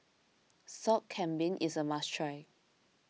Sop Kambing is a must try